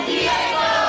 Diego